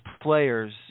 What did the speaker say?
players